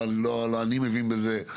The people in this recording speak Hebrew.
לא אני מבין בזה.